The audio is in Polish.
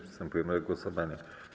Przystępujemy do głosowania.